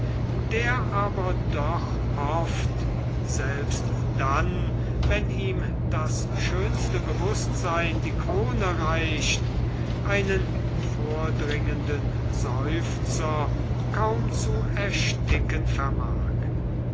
der aber doch oft selbst dann wenn ihm das schönste bewußtsein die krone reicht einen vordringenden seufzer kaum zu ersticken vermag